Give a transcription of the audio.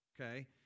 okay